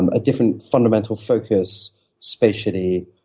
and a different fundamental focus spatially,